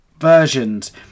versions